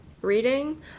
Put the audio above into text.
reading